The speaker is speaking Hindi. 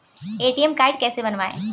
ए.टी.एम कार्ड कैसे बनवाएँ?